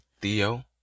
Theo